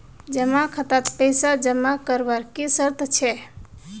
जमा खातात पैसा जमा करवार की शर्त छे?